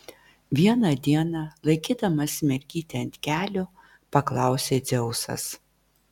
vieną dieną laikydamas mergytę ant kelių paklausė dzeusas